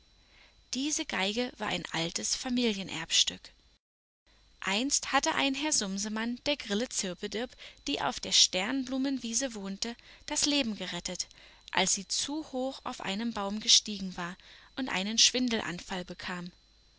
diese geige war ein altes familienerbstück einst hatte ein herr sumsemann der grille zirpedirp die auf der sternblumenwiese wohnte das leben gerettet als sie zu hoch auf einen baum gestiegen war und einen schwindelanfall bekam